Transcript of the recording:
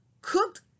cooked